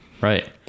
Right